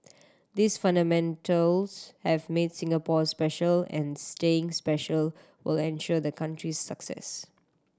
these fundamentals have made Singapore special and staying special will ensure the country's success